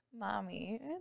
mommy